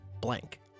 blank